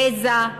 גזע,